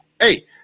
hey